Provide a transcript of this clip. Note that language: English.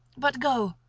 but go,